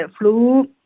flu